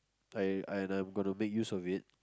I I gotta make use of it